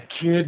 kid